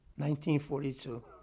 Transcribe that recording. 1942